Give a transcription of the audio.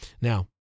Now